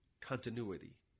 continuity